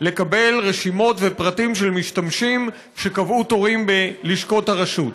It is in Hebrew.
לקבל רשימות ופרטים של משתמשים שקבעו תורים בלשכות הרשות.